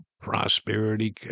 prosperity